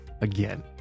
again